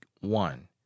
one